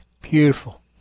Beautiful